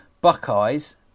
Buckeyes